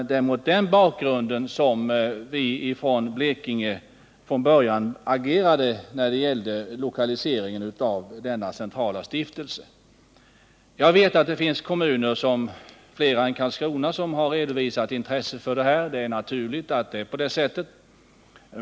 Det är mot den bakgrunden som vi i Blekinge från början agerade när det gällde lokaliseringen av denna centrala stiftelse. Jag vet att det finns flera kommuner än Karlskrona som har redovisat intresse för detta, och det är naturligt att det är på det sättet.